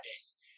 days